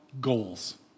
goals